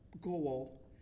goal